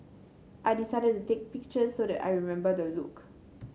I decided to take pictures so that I remember the look